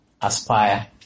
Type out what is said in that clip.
aspire